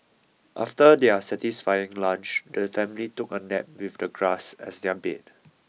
after their satisfying lunch the family took a nap with the grass as their bed